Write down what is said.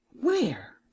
Where